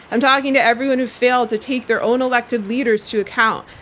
i'm talking to everyone who failed to take their own elected leaders to account.